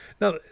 Now